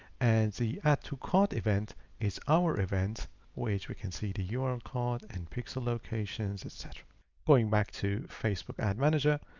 and the add to cart event is our event which we can see the yeah url card and pixel locations etc going back to facebook ad manager,